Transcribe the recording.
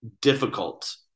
difficult